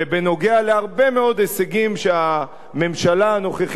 מאוד הישגים שממשלה הנוכחית הזאת השיגה,